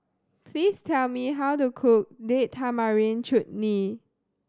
please tell me how to cook Date Tamarind Chutney